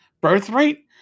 Birthrate